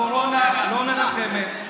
הקורונה לא מרחמת,